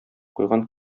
куйган